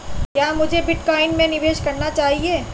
क्या मुझे बिटकॉइन में निवेश करना चाहिए?